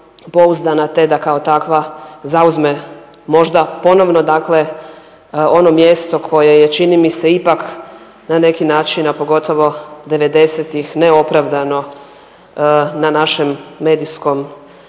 pouzdana te da kao takva zauzme možda ponovno ono mjesto koje je čini mi se ipak na neki način, a pogotovo '90.-ih neopravdano na našem medijskom